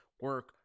Work